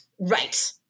right